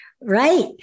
Right